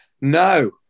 No